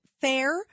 fair